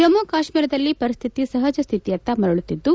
ಜಮ್ನು ಕಾಶ್ನೀರದಲ್ಲಿ ಪರಿಸ್ಥಿತಿ ಸಹಜಸ್ಥಿತಿಯತ್ತ ಮರಳುತಿದ್ದು